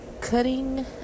Cutting